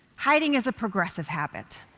hiding is a progressive habit,